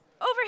Over